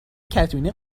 کتونی